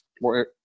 more